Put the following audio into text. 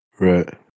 Right